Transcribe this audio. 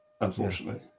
unfortunately